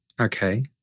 okay